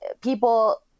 people